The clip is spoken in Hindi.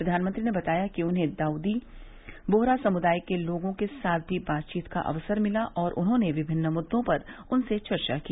प्रधानमंत्री ने बताया कि उन्हें दाउदी बोहरा समुदाय के लोगों के साथ भी बातचीत का अवसर मिला और उन्होंने विभिन्न मुद्दों पर उनसे चर्चा की